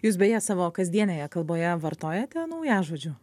jūs beje savo kasdienėje kalboje vartojate naująžodžių